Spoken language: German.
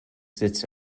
sitzt